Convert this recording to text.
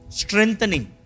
strengthening